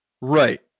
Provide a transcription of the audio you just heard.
Right